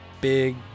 big